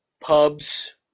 pubs